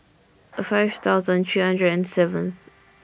five thousand three hundred and seventh